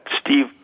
steve